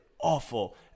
awful